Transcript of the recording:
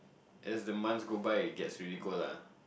as the months go by it gets really cold la